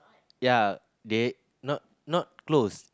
ya they not not closed